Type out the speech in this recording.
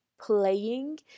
playing